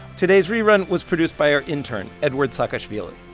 today's rerun was produced by our intern, eduard saakashvili.